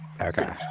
Okay